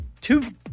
two